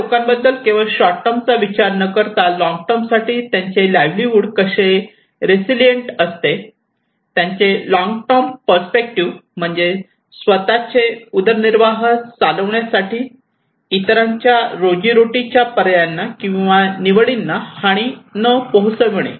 त्या लोकांबद्दल केवळ शॉर्ट टर्म चा विचार न करता लॉंग टर्म साठी त्यांचे लाईव्हलीहूड कसे रेसिलियन्ट असते त्यांचे लॉंग टर्म पर्स्पेक्टिव्ह म्हणजे स्वतःचे उदरनिर्वाह चालविण्यासाठी इतरांच्या रोजीरोटीच्या पर्यायांना किंवा निवडींना हानी न पोहचविणे